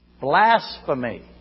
Blasphemy